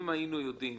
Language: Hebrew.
אם היינו יודעים